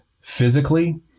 Physically